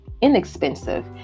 inexpensive